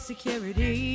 Security